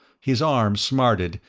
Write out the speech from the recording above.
his arm smarted,